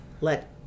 let